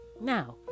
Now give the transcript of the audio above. Now